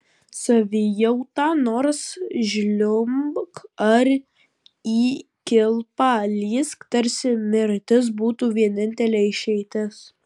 savijauta nors žliumbk ar į kilpą lįsk tarsi mirtis būtų vienintelė išeitis